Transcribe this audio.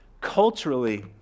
culturally